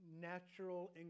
natural